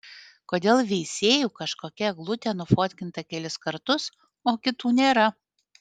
kodėl veisiejų kažkokia eglutė nufotkinta kelis kartus o kitų nėra